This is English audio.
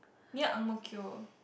ya Ang Mo Kio